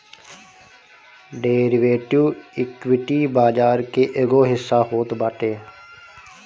derivative, equity बाजार के एगो हिस्सा होत बाटे